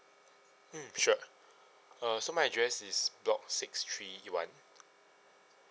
mm sure uh so my address is block six three one